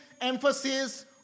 emphasis